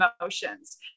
emotions